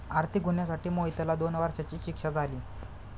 आर्थिक गुन्ह्यासाठी मोहितला दोन वर्षांची शिक्षा झाली